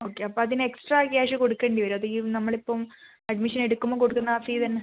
okay അപ്പോൾ അതിനു extra cash കൊടുക്കേണ്ടി വരുമോ അധികം നമ്മളിപ്പം അഡ്മിഷൻ എടുക്കുമ്പോൾ കൊടുക്കുന്ന ആ ഫീ തന്നെ